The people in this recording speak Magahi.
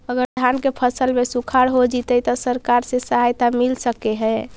अगर धान के फ़सल में सुखाड़ होजितै त सरकार से सहायता मिल सके हे?